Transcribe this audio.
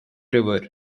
river